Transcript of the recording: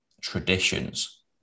traditions